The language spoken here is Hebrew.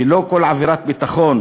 שלא כל עבירת ביטחון